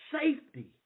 safety